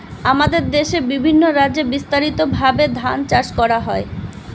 আমাদের দেশে বিভিন্ন রাজ্যে বিস্তারিতভাবে ধান চাষ করা হয়